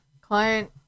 Client